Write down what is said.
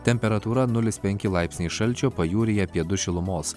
temperatūra nulis penki laipsniai šalčio pajūryje apie du šilumos